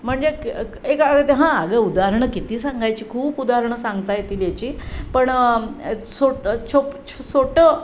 म्हणजे एका ते हां अगं उदाहरणं किती सांगायची खूप उदाहरणं सांगता येतील याची पण सोट छो छोटं